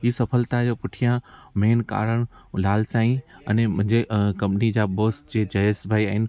हीअ सफलता जो पुठियां मेन कारण लाल साईं अने मुंहिंजे कंपनी जा बॉस जयेश भाई आहिनि